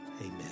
Amen